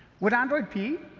with android p,